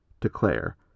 declare